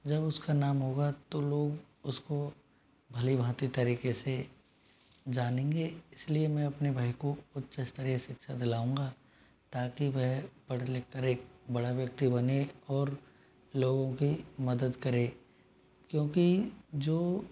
जब उसका नाम होगा तो लोग उसको भली भाँति तरीक़े से जानेंगे इस लिए मैं अपने भाई को उच्च स्तरीय शिक्षा दिलाऊँगा ताकि वह पढ़ लिख कर एक बड़ा व्यक्ति बने और लोगों की मदद करे क्योंकि जो